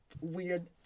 weird